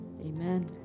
Amen